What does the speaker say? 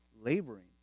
laboring